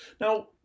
now